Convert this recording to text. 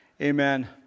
amen